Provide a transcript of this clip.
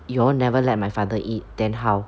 you all never let my father eat then how